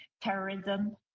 terrorism